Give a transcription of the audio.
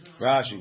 Rashi